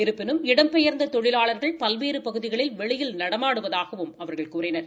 இருப்பினும் இடம்பெயா்ந்த தொழிலாளா்கள் பல்வேறு பகுதிகளில் வெளியில் நடமாடுவதாகவும் அவர்கள் கூறினர்